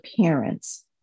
parents